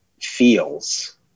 feels